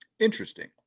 Interesting